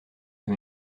que